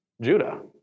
Judah